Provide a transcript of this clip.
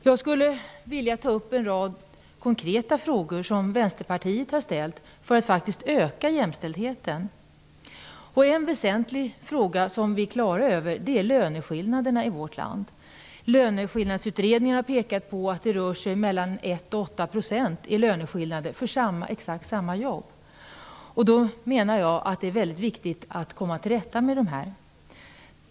Jag skulle vilja ta upp en rad konkreta förslag för att öka jämställdheten som Vänsterpartiet har framlagt. En väsentlig fråga som vi är klara över är löneskillnaderna i vårt land. Löneskillnadsutredningen har pekat på att det rör sig om mellan 1 och 8 % i löneskillnad för exakt samma jobb. Jag anser att det är viktigt att komma till rätta med detta.